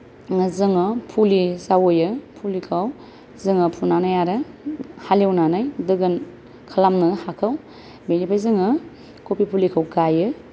जोङो फुलि जावैयो फुलिखौ जोङो फुनानै आरो हालेवनानै दोगोन खालामो हाखौ बेनिफ्राय जोङो कफि फुलिखौ गायो